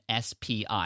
spi